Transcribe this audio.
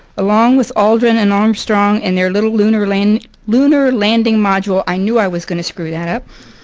along with aldrin and armstrong and their little lunar landing lunar landing module, i knew i was going to screw that up,